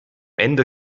ende